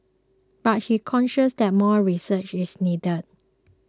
but he cautions that more research is needed